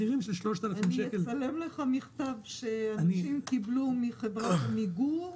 אצלם לך מכתב שאנשים קיבלו מחברת עמיגור,